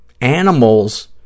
Animals